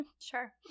Sure